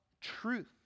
truth